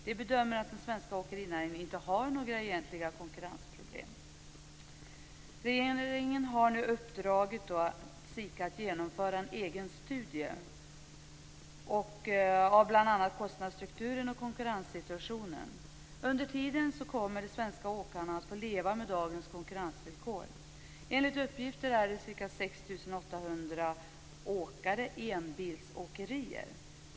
Man bedömer att den svenska åkerinäringen inte har några egentliga konkurrensproblem. Regeringen har nu uppdragit åt SIKA att genomföra en egen studie av bl.a. kostnadsstrukturen och konkurrenssituationen. Under tiden kommer de svenska åkarna att få leva med dagens konkurrensvillkor. Enligt uppgifter är ca 6 800 åkerier enbilsåkerier.